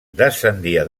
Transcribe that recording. descendia